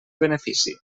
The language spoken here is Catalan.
benefici